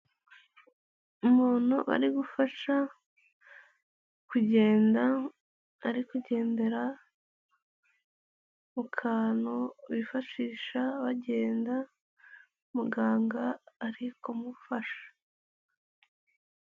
Umuntu ari gufasha kugenda, ari kugendera mu kantu bifashisha bagenda, muganga ari kumufasha.